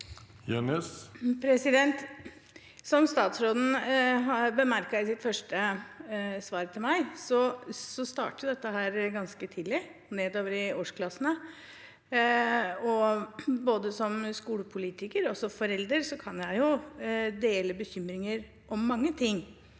Som statsråden bemerket i det første svaret til meg, starter dette ganske tidlig nedover i årsklassene. Både som skolepolitiker og som forelder kan jeg dele bekymringer om mange ting,